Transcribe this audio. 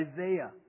Isaiah